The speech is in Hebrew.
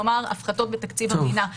כלומר הפחתות בתקציב המדינה.